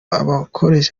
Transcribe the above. abarokore